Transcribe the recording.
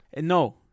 no